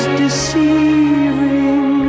deceiving